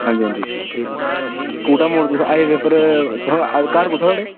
आंजी आंजी कूटामोड़ तुस हाईवे पर तुस घर कुत्थै थुआढ़े